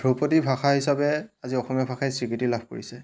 ধ্ৰপদী ভাষা হিচাপে আজি অসমীয়া ভাষাই স্বীকৃতি লাভ কৰিছে